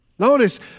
Notice